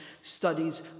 Studies